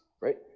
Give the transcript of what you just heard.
right